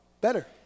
better